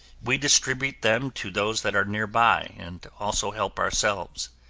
we distribute them to those that are nearby and also help ourselves.